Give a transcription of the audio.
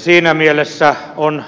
siinä mielessä on